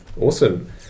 Awesome